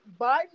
Biden